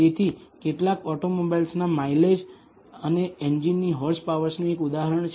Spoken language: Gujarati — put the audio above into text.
તેથી અહીં કેટલાક ઓટોમોબાઇલ્સના માઇલેજ અને એન્જિનની હોર્સ પાવરનું એક ઉદાહરણ છે